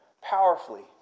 powerfully